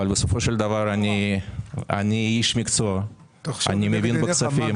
בסופו של דבר אני איש מקצוע, אני מבין בכספים.